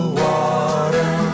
water